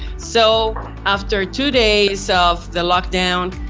so, after two days of the lockdown,